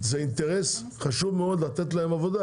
זה אינטרס חשוב מאוד לתת להם עבודה,